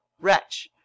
Wretch